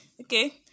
Okay